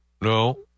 no